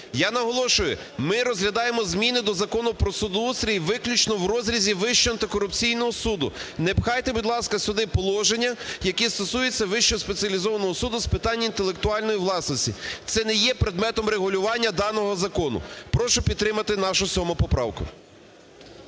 Я наголошую, ми розглядаємо зміни до Закону про судоустрій виключно в розрізі Вищого антикорупційного суду. Не пхайте, будь ласка, сюди положення, які стосуються Вищого спеціалізованого суду з питань інтелектуальної власності, це не є предметом регулювання даного закону. Прошу підтримати нашу 7 поправку.